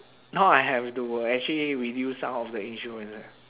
now I have to actually reduce some of the insurance eh